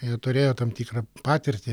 jie turėjo tam tikrą patirtį